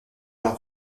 leurs